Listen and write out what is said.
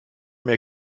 mehr